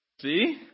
See